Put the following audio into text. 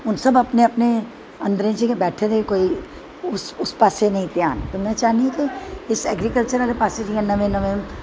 हून सब अपनें अपनें अन्दरें च गै बैठे दे कोई उस पास्से गी नेंई ध्यान ते में चाह्नी आं कि इस ऐग्रीकल्चर आह्ले पास्से जियां नमें नमें